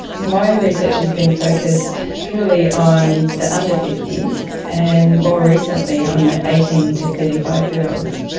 my research has been focused purely on the under fifty s, and more recently on the eighteen to thirty five year olds.